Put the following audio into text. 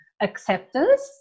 acceptance